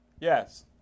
Yes